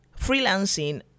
Freelancing